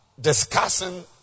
discussing